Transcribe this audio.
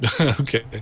okay